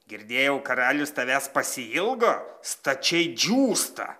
girdėjau karalius tavęs pasiilgo stačiai džiūsta